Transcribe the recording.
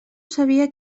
sabia